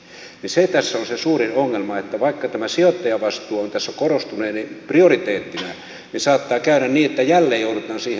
se tässä on se suurin ongelma että vaikka tämä sijoittajavastuu on tässä korostuneena prioriteettina saattaa käydä niin että jälleen joudutaan siihen kuuluisaan yhteisvastuuseen